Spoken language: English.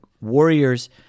Warriors